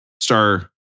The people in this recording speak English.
Star